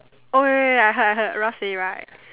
oh wait wait wait wait I heard I heard Ralph say right